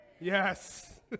Yes